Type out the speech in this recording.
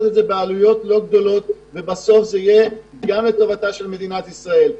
בסוף זה יהיה גם לטובתה של מדינת ישראל.